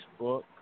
Facebook